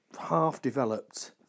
half-developed